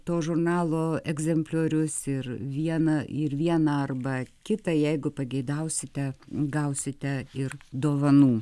to žurnalo egzempliorius ir vieną ir vieną arba kitą jeigu pageidausite gausite ir dovanų